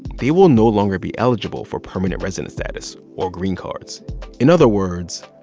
they will no longer be eligible for permanent resident status or green cards in other words,